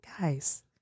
guys